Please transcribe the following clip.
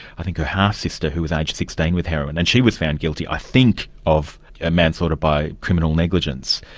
i think her half-sister who was aged sixteen with heroin, and she was found guilty, i think, of manslaughter by criminal negligence.